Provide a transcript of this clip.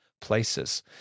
Places